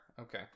Okay